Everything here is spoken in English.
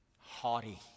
haughty